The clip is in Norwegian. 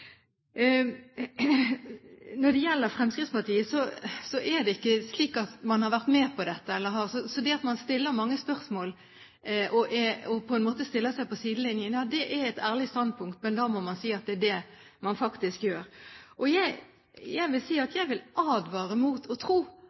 dette. Så det at man stiller mange spørsmål og på en måte stiller seg på sidelinjen, ja, det er et ærlig standpunkt, men da må man si at det er det man faktisk gjør. Jeg vil si det slik at jeg vil advare mot å tro